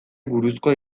buruzkoa